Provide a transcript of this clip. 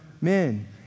men